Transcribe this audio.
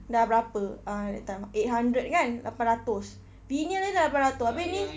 dah berapa uh that time eight hundred kan lapan ratus vinyl sahaja dah lapan ratus habis ini